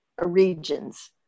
regions